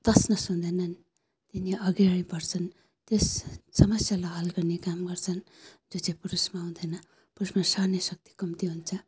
तसनस् हुँदैनन् तिनी अगाडि बढ्छन् त्यस समस्यालाई हल गर्ने काम गर्छन् जो चाहिँ पुरुषमा हुँदैन पुरुषमा सहने शक्ति कम्ती हुन्छ